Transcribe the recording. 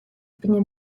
pnie